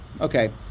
okay